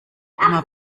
immer